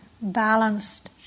balanced